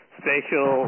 spatial